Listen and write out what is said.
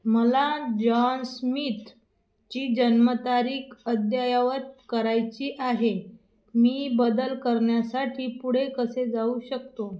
मला जॉन स्मिथची जन्मतारीख अद्ययावत करायची आहे मी बदल करण्यासाठी पुढे कसे जाऊ शकतो